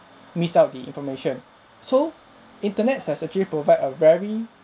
miss out the information so internets has actually provide a very